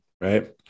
Right